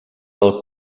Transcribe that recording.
del